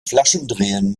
flaschendrehen